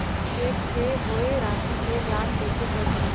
Cheque से होए राशि के जांच कइसे करहु?